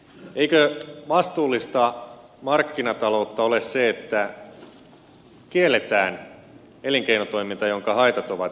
eikö vastuullista markkinataloutta ole se että kielletään elinkeinotoiminta jonka haitat ovat hyötyjä suuremmat